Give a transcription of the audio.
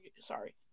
Sorry